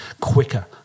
quicker